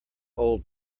old